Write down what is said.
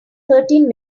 thirteen